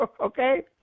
Okay